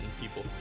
people